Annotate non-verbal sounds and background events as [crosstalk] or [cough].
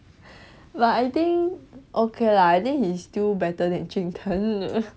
[breath] but I think okay lah I think he's still better than jun tng